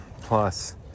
Plus